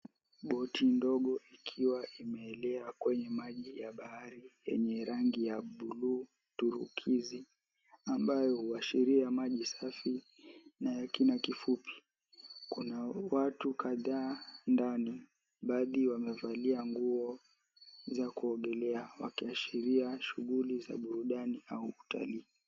Boti ndogo ikiwa imeelea kwenye maji ya bahari yenye rangi ya blu turukizi ambayo huashiria maji safi na ya kina kifupi. Kuna watu kadhaa ndani baadhi wamevalia nguo za kuogelea ukiashiria shughuli za burudani au utalii.